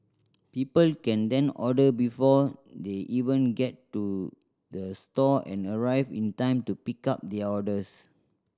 people can then order before they even get to the store and arrive in time to pick up their orders